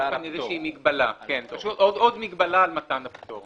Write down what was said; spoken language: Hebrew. פשוט עוד מגבלה על מתן הפטור.